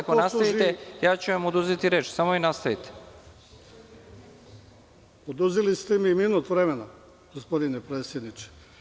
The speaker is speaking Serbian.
Ako nastavite oduzeću vam reč, samo vi nastavite.) Oduzeli ste mi minut vremena, gospodine predsedniče.